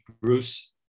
Bruce